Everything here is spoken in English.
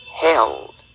held